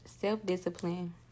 self-discipline